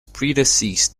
predeceased